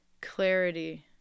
clarity